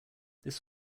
this